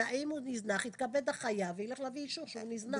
אם הוא נזנח יתכבד החייב וילך להביא אישור שהוא נזנח.